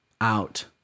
out